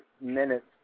minutes